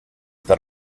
that